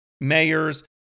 mayors